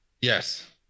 yes